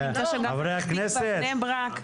נסתפק במה שאמרת.